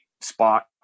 spot